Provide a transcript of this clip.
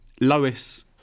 Lois